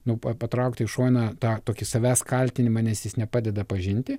nu patraukti į šoną tą tokį savęs kaltinimą nes jis nepadeda pažinti